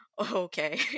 okay